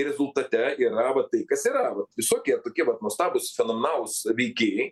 rezultate yra va tai kas yra visokie tokie vat nuostabūs fenomenalūs veikėjai